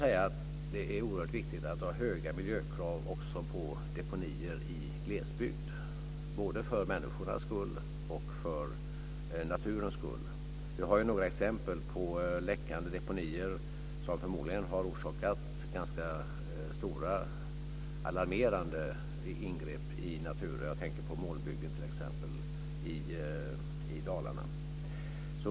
Vidare är det oerhört viktigt att ha höga miljökrav också på deponier i glesbygd - både för människornas och för naturens skull. Vi har ju några exempel på läckande deponier som förmodligen har orsakat ganska stora och alarmerande ingrepp i naturen. Jag tänker på t.ex. Molnbyggen i Dalarna.